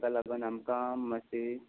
तेका लागोन आमकां मातशी